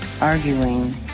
arguing